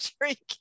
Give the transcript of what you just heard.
drinking